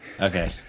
Okay